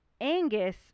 Angus